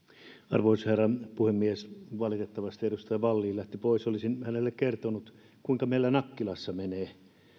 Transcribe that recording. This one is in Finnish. arvoisa herra puhemies valitettavasti edustaja vallin lähti pois olisin hänelle kertonut kuinka meillä nakkilassa menee se olisi ollut